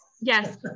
Yes